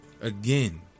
again